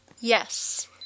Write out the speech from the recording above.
Yes